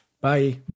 Bye